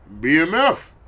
BMF